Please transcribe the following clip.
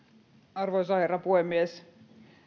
arvoisa herra puhemies